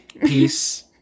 Peace